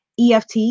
EFT